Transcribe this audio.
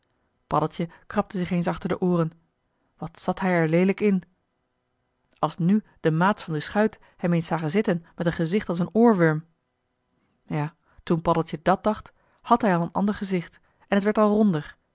paddeltje krabde zich eens achter de ooren wat zat hij er leelijk in als nu de maats van de schuit hem eens zagen zitten met een gezicht als een oorwurm ja toen paddeltje dàt dacht hàd hij al een ander gezicht en t werd al ronder